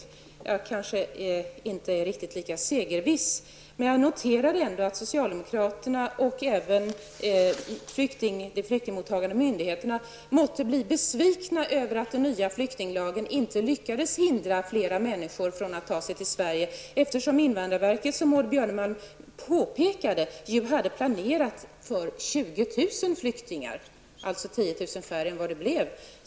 Jag kanske inte är lika segerviss, men jag noterar ändå att socialdemokraterna och även de flyktingmottagande myndigheterna måtte bli besvikna över att den nya flyktinglagen inte lyckades hindra fler människor att ta sig till Sverige, eftersom invandrarverket, som Maud Björnemalm påpekade, ju planerade för 20 000 flyktingar, alltså 10 000 färre än det blev.